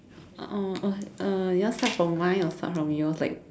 oh uh you want start from mine or start from yours like